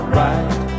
right